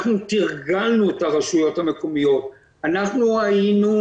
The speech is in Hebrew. אנחנו תרגלנו את הרשויות המקומיות, אנחנו היינו